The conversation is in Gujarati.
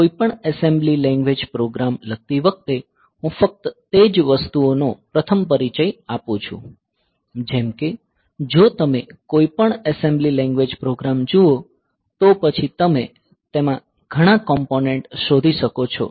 કોઈપણ એસેમ્બલી લેંગ્વેજ પ્રોગ્રામ લખતી વખતે હું ફક્ત તે જ વસ્તુઓનો પ્રથમ પરિચય આપું છું જેમ કે જો તમે કોઈપણ એસેમ્બલી લેંગ્વેજ પ્રોગ્રામ જુઓ તો પછી તમે તેમાં ઘણા કોમ્પોનેંટ શોધી શકો છો